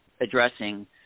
addressing